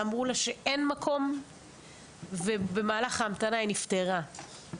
אמרו לה שאין מקום ובמהלך ההמתנה היא נפטרה.